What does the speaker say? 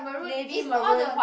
navy maroon white